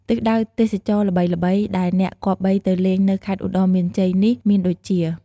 ទិសដៅទេសចរណ៍ល្បីៗដែលអ្នកគប្បីទៅលេងនៅខេត្តឧត្តរមានជ័យនេះ មានដូចជា។